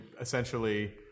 essentially